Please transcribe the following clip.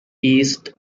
east